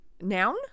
Noun